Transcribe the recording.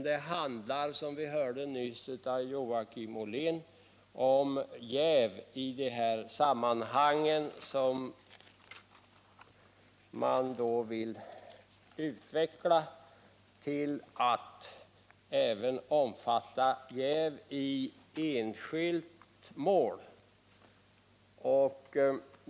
Den handlar, som vi hörde nyss av Joakim Ollén, om jäv i dessa sammanhang som man vill utveckla till att även omfatta jäv i enskilt mål.